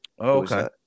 Okay